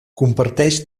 comparteix